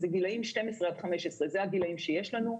אלה גילי 12 עד 15. אלה הגילים שיש לנו.